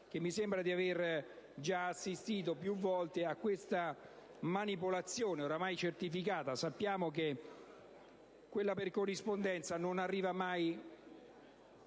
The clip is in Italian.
Mi sembra di avere già assistito più volte a questa manipolazione, ormai appurata; sappiamo che il voto per corrispondenza non arriva mai: